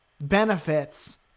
benefits